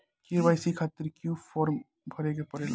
KYC खातिर क्यूं form भरे के पड़ेला?